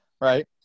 right